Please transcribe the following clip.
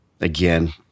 Again